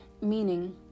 Meaning